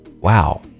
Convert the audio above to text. Wow